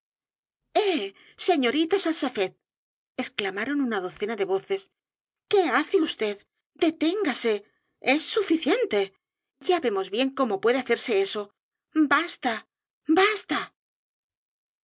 señorita salsafette exclamaron una docena de voces qué hace v d deténgase es suficiente ya vemos bien cómo puede hacerse eso t basta basta